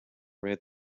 read